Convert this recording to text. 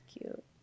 cute